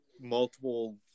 multiple